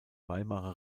weimarer